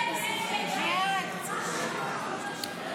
לא נתקבלו.